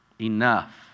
enough